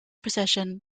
procession